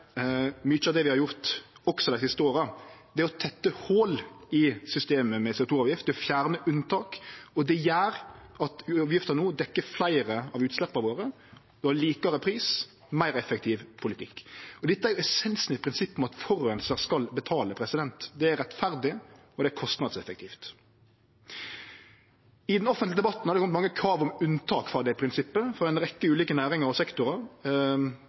mykje av det vi har gjort også dei siste åra. Det er å tette hol i systemet med CO 2 -avgifta, fjerne unntak. Det gjer at avgifta no dekkjer fleire av utsleppa våre, ein har likare pris og meir effektiv politikk. Dette er essensen i prinsippet om at forureinar skal betale. Det er rettferdig, og det er kostnadseffektivt. I den offentlege debatten har det kome mange krav om unntak frå det prinsippet frå ei rekkje ulike næringar og sektorar.